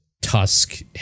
tusk